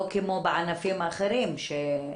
לא כמו בענפים אחרים שנפגעו.